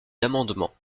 d’amendements